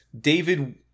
david